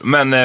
Men